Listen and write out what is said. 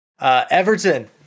Everton